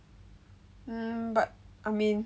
um but I mean